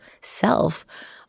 SELF